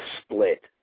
split